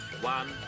one